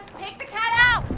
take the cat out!